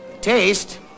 Taste